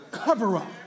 cover-up